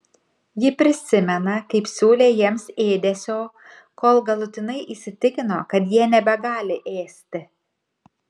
ji prisimena kaip siūlė jiems ėdesio kol galutinai įsitikino kad jie nebegali ėsti